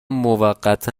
موقتا